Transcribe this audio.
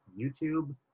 YouTube